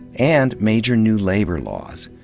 and major new labor laws,